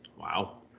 Wow